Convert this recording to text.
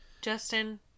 Justin